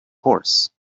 horse